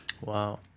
Wow